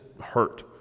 hurt